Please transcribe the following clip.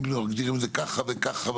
מגדילים את זה ככה וככה,